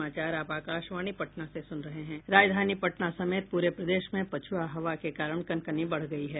राजधानी पटना समेत पूरे प्रदेश में पछुआ हवा के कारण कनकनी बढ़ गयी है